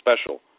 special